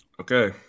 Okay